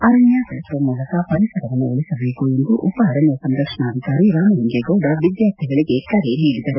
ಅರಣ್ಣ ಬೆಳೆಸುವ ಮೂಲಕ ಪರಿಸರವನ್ನು ಉಳಿಸಬೇಕು ಎಂದು ಉಪ ಅರಣ್ಣ ಸಂರಕ್ಷಣಾಧಿಕಾರಿ ರಾಮಲಿಂಗೇಗೌಡ ವಿದ್ಯಾರ್ಥಿಗಳಿಗೆ ಕರೆ ನೀಡಿದರು